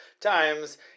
times